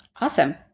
Awesome